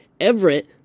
Everett